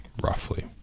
roughly